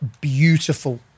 beautiful